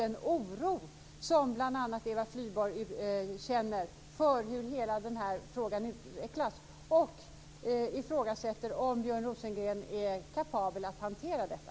Det är därför bl.a. Eva Flyborg känner oro för hur hela denna fråga utvecklas och ifrågasätter om Björn Rosengren är kapabel att hantera detta.